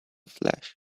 flesh